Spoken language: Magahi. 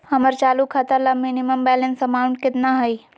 हमर चालू खाता ला मिनिमम बैलेंस अमाउंट केतना हइ?